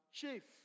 chief